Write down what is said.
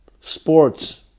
sports